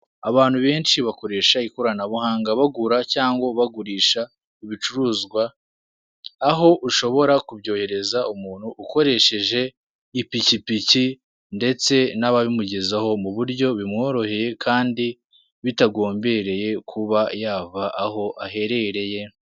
Abantu benshi bakoresha ikoranabuhanga bagura cyangwa bagurisha ibicuruzwa aho ushobora kubyohereza umuntu ukoresheje ipikipiki ndetse n'ababimugezaho muburyo bimworoheye kandi bitagombereye kuba yava aho aherereye.